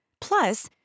Plus